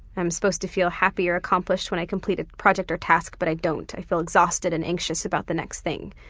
i'm supposed to feel happy or accomplished when i complete a project or task, but i don't. i feel exhausted and anxious about the next thing.